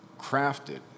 crafted